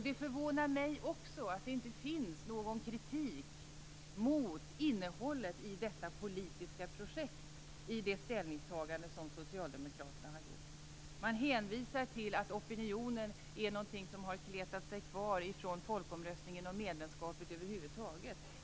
Det förvånar mig också att det inte finns någon kritik mot innehållet i detta politiska projekt i det ställningstagande som socialdemokraterna har gjort. Man hänvisar till att opinionen är någonting som har kletat sig kvar ifrån folkomröstningen om medlemskapet över huvud taget.